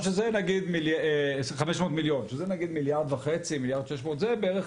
שזה בערך 1.5, 1.6 מיליארד, בערך